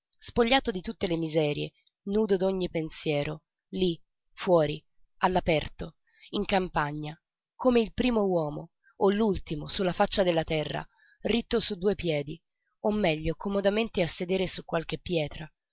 spogliato di tutte le miserie nudo d'ogni pensiero lí fuori all'aperto in campagna come il primo uomo o l'ultimo sulla faccia della terra ritto su due piedi o meglio comodamente a sedere su qualche pietra